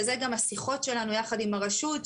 וזה גם בשיחות שלנו עם הרשות,